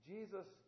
Jesus